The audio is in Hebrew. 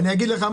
אני אגיד לך,